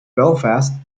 belfast